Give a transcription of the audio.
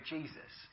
Jesus